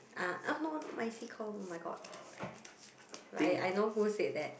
ah uh no no not me C-Comm [oh]-my-god but I I know who said that